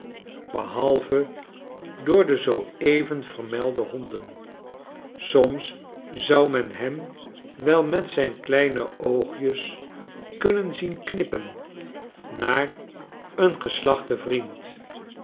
behalve door de zoo even vermelde honden soms zou men hem wel met zijn kleine oogjes kunnen zien knippen naar een geslachten vriend